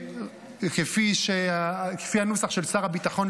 כפי הנוסח של שר הביטחון,